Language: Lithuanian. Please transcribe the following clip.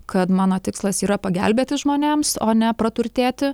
kad mano tikslas yra pagelbėti žmonėms o ne praturtėti